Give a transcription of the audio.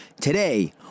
Today